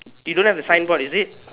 you don't have the signboard is it